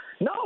No